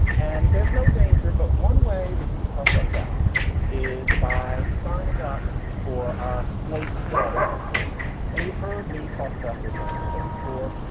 and there's no danger. but one way that you could help us out is by signing up for our slate plus service. and you've heard me talk about this on the show before.